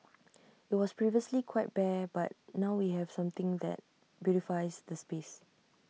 IT was previously quite bare but now we have something that beautifies the space